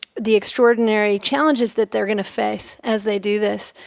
the extraordinary challenges that they're going to face as they do this.